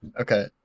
Okay